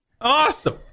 Awesome